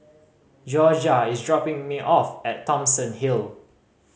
Jorja is dropping me off at Thomson Hill